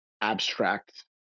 abstract